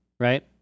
Right